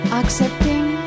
accepting